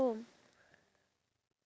iya